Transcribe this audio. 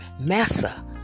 Massa